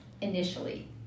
initially